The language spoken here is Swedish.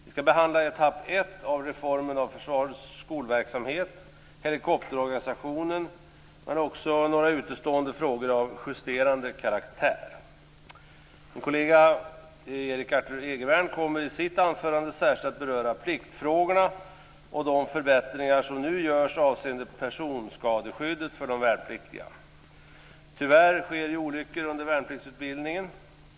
Vi skall behandla etapp 1 av reformen av försvarets skolverksamhet och av helikopterorganisationen, men också några utestående frågor av justerande karaktär. Min kollega Erik Arthur Egervärn kommer i sitt anförande särskilt att beröra pliktfrågorna och de förbättringar som nu görs avseende personskadeskyddet för de värnpliktiga. Tyvärr sker ju olyckor under värnpliktsutbildningen.